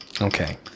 Okay